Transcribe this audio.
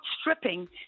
stripping